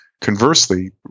conversely